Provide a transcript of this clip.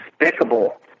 despicable